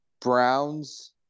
Browns